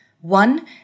One